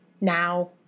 now